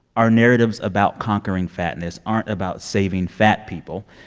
our narratives about conquering fatness aren't about saving fat people.